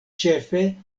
ĉefe